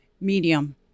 medium